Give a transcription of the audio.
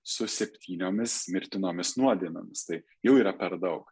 su septyniomis mirtinomis nuodėmėmis tai jų yra per daug